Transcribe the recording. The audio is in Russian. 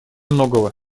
многого